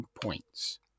points